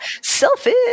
selfish